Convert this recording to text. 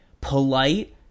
polite